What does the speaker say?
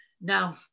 Now